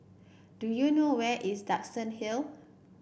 do you know where is Duxton Hill